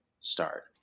start